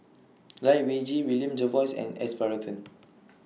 Lai Weijie William Jervois and S Varathan